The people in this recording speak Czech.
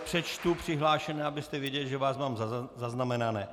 Přečtu přihlášené, abyste věděli, že vás mám zaznamenané.